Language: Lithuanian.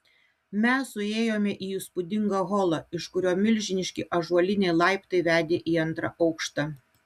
mes suėjome į įspūdingą holą iš kurio milžiniški ąžuoliniai laiptai vedė į antrą aukštą